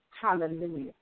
Hallelujah